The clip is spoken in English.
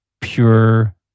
pure